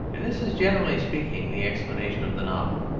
and this is, generally speaking, the explanation of the novel.